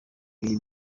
ibihe